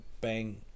bang